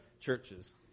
churches